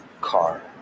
car